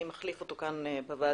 מי מחליף אותו כאן בוועדה.